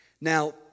Now